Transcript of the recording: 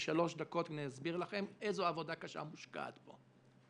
בשלוש דקות אסביר לכם איזו עבודה קשה מושקעת פה.